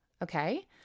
Okay